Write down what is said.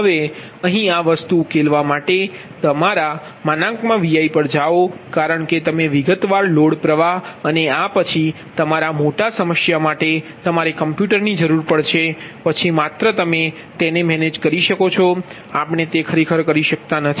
હવે અહીં આ વસ્તુ ઉકેલવા માટે તમારા Vi પર જાઓ કારણ કે તમે વિગતવાર લોડ પ્રવાહ અને આ પછી તમારા મોટા સમસ્યા માટે તમારે કમ્પ્યુટર ની જરૂર છે પછી માત્ર તમે તેને મેનેજ કરી શકો છો આપણે તે ખરેખર કરી શકતા નથી